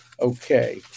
Okay